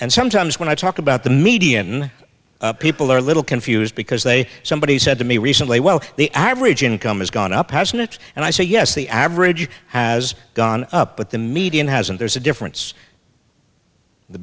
and sometimes when i talk about the median people are a little confused because they somebody said to me recently well the average income has gone up hasn't it and i say yes the average has gone up but the median has and there's a difference the